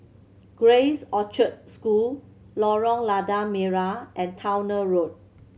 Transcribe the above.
Grace Orchard School Lorong Lada Merah and Towner Road